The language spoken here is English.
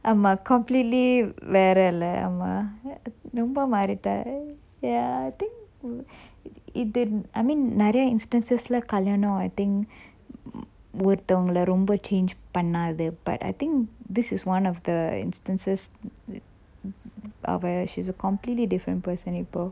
ஆமா:aama completely வேறல ஆமா ரொம்ப மாறிட்டா:verala aama romba maritta ya I think இது:ithu I mean நெறைய:neraya instance lah கல்யாணம்:kalyanam I think ஒருத்தவங்கல ரொம்ப:oruthavankala romba change பண்ணாது:pannathu but I think this is one of the instances அவ:ava she is a completely different person இப்போ:ippo